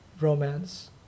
romance